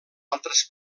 altres